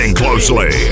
closely